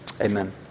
Amen